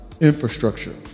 infrastructure